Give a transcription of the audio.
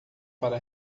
para